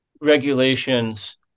regulations